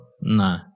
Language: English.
No